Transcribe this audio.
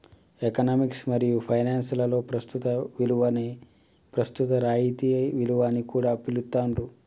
economics మరియు finance లలో ప్రస్తుత విలువని ప్రస్తుత రాయితీ విలువ అని కూడా పిలుత్తాండ్రు